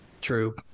True